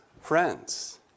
friends